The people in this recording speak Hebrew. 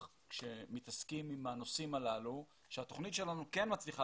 כאשר מתעסקים בנושאים הללו והתוכנית שלנו כן מצליחה